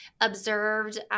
observed